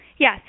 Yes